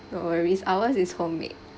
no worries ours is homemade